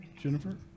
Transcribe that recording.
Jennifer